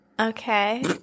okay